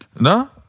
No